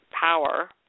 power